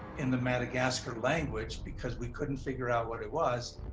in the madagascar language, because we couldn't figure out what it was,